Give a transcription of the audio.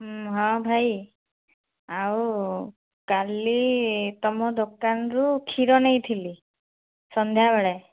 ହଁ ଭାଇ ଆଉ କାଲି ତମ ଦୋକାନରୁ କ୍ଷୀର ନେଇଥିଲି ସନ୍ଧ୍ୟାବେଳେ